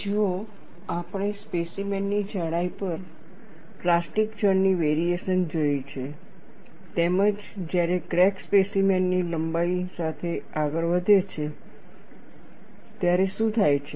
જુઓ આપણે સ્પેસીમેન ની જાડાઈ પર પ્લાસ્ટિક ઝોન ની વેરીએશન જોઈ છે તેમજ જ્યારે ક્રેક સ્પેસીમેન ની લંબાઈ સાથે આગળ વધે છે ત્યારે શું થાય છે